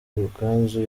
ruganzu